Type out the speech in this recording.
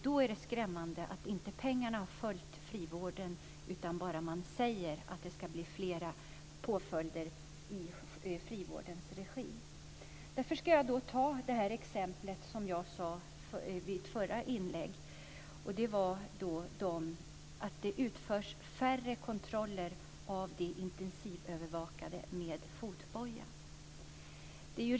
Då är det skrämmande att pengarna inte har följt med till frivården, utan man säger att det ska bli fler påföljder i frivårdens regi. Därför ska jag ta exemplet jag nämnde i mitt förra inlägg, nämligen att det utförs färre kontroller av de intensivövervakade med fotboja.